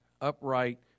upright